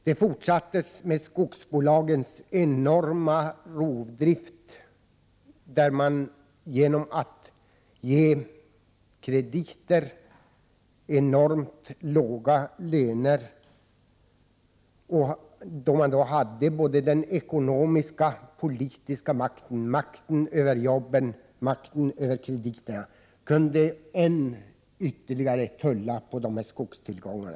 Sedan följde skogsbolagens enorma rovdrift, som kunde ske genom att krediter gavs och genom att låga löner utbetalades. Då skogsbolagen hade både den ekonomiska och den politiska makten, makten över jobben och makten över krediterna, kunde de än mer tulla på dessa skogstillgångar.